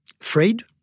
afraid